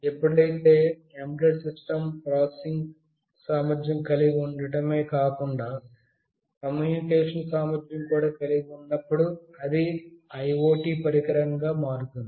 ఎప్పుడైతే embedded system processing సామర్ధ్యం కలిగి ఉండటమే కాకుండా కమ్యూనికేషన్ సామర్ధ్యం కూడా కలిగి ఉన్నప్పుడు అది IoT పరికరంగా మారుతుంది